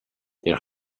their